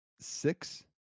six